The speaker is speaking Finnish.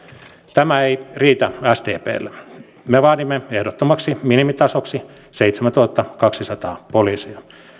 tämä ei riitä sdplle me vaadimme ehdottomaksi minimitasoksi seitsemäntuhattakaksisataa poliisia